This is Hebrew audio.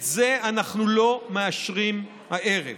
את זה אנחנו לא מאשרים הערב.